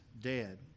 dead